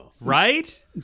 Right